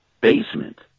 basement